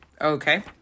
Okay